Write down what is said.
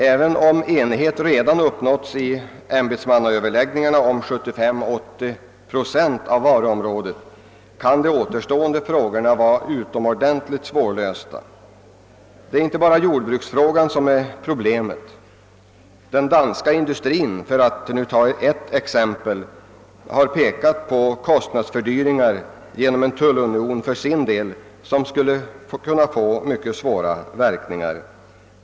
Även om enighet redan uppnåtts i ämbetsmannaöverläggningarna om 75—580 procent av varuområdet, är de återstående frågorna utomordentligt svårlösta. Det är inte bara jordbruksfrågan som utgör ett problem. Den danska industrin har för sin del, för att ta ett exempel, visat på att kostnadsfördyringar skulle uppstå som skulle få mycket svåra verkningar.